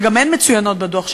שגם הן מצוינות בדוח,